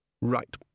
Right